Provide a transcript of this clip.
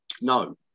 no